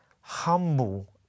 humble